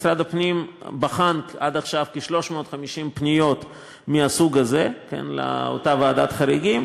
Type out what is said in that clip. משרד הפנים בחן עד עכשיו כ-350 פניות מהסוג הזה לאותה ועדת חריגים,